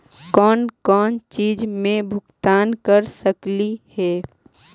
कौन कौन चिज के भुगतान कर सकली हे?